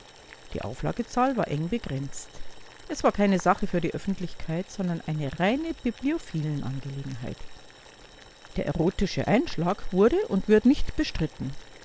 die auflagezahl war eng begrenzt es war keine sache für die öffentlichkeit sondern eine reine bibliophilenangelegenheit der erotische einschlag wurde und wird nicht bestritten